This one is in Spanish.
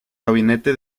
gabinete